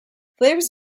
flavors